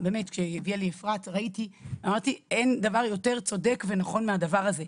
כשהביאה לי אפרת אמרתי שאין דבר יותר צודק ונכון מהדבר הזה.